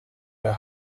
der